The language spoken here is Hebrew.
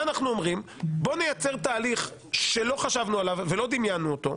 אנחנו אומרים שנייצר תהליך שלא חשבנו עליו ולא דמיינו אותו,